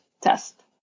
test